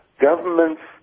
government's